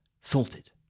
salted